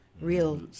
Real